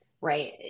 right